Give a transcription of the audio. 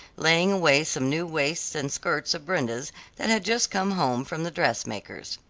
laying away some new waists and skirts of brenda's that had just come home from the dressmaker's.